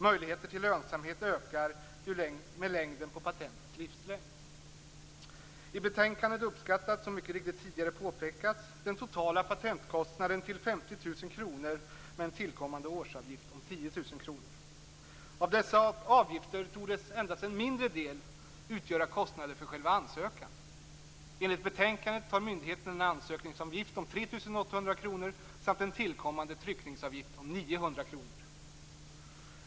Möjligheterna till lönsamhet ökar ju med patentets livslängd. I betänkandet uppskattas, som mycket riktigt tidigare påpekats, den totala patentkostnaden till 50 000 kr, med en tillkommande årsavgift om 10 000 kr. Av dessa avgifter torde endast en mindre del utgöra kostnader för själva ansökan. Enligt betänkandet tar myndigheten en ansökningsavgift om 3 800 kr samt en tillkommande tryckningsavgift om 900 kr.